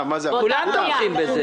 כולם תומכים בזה.